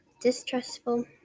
distrustful